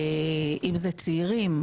אם זה צעירים,